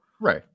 Right